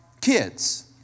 kids